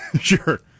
sure